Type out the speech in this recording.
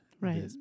Right